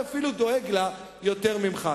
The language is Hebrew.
אני אפילו דואג לה יותר ממך,